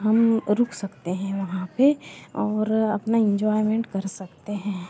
हम रुक सकते हैं वहाँ पे और अपना इंजॉयमेंट कर सकते हैं